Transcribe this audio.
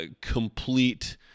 complete